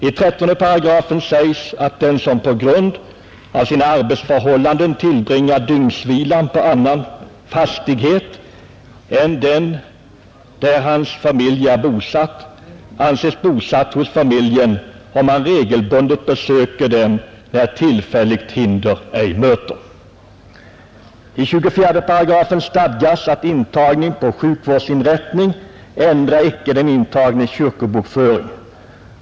I 13 § sägs att den som på grund av sina arbetsförhållanden tillbringar dygnsvilan på annan fastighet än den där hans familj är bosatt anses bosatt hos familjen om han regelbundet besöker den när tillfälligt hinder ej möter. I 24 § stadgas att intagning på sjukvårdsinrättning inte ändrar den intagnes kyrkobokföring.